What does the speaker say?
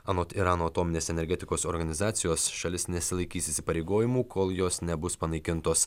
anot irano atominės energetikos organizacijos šalis nesilaikys įsipareigojimų kol jos nebus panaikintos